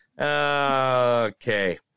Okay